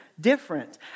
different